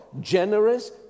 generous